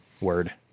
word